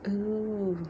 oo